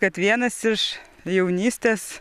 kad vienas iš jaunystės